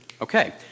Okay